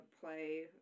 play